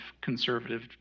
conservative